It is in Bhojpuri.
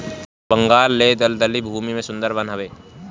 बंगाल ले दलदली भूमि में सुंदर वन हवे